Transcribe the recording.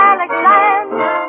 Alexander